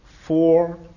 four